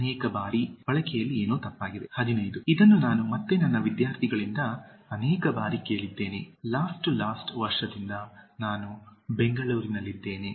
ಅನೇಕ ಬಾರಿ ಬಳಕೆಯಲ್ಲಿ ಏನು ತಪ್ಪಾಗಿದೆ 15 ಇದನ್ನು ನಾನು ಮತ್ತೆ ನನ್ನ ವಿದ್ಯಾರ್ಥಿಗಳಿಂದ ಅನೇಕ ಬಾರಿ ಕೇಳಿದ್ದೇನೆ ಲಾಸ್ಟ ಟು ಲಾಸ್ಟ ವರ್ಷದಿಂದ ನಾನು ಬೆಂಗಳೂರಿನಲ್ಲಿದ್ದೆನೆ